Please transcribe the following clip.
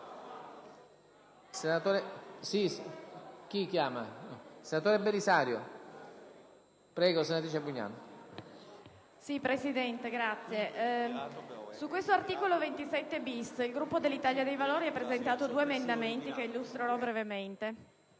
Presidente, sull'articolo 27-*bis* il Gruppo dell'Italia dei Valori ha presentato due emendamenti che illustrerò brevemente.